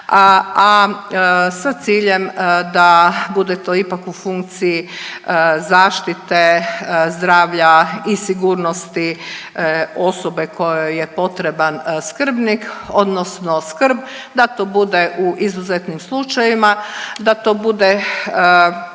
a sa ciljem da bude to ipak u funkciji zaštite zdravlja i sigurnosti osobe kojoj je potreban skrbnik odnosno skrb da to bude u izuzetnim slučajevima, da to bude